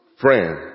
friend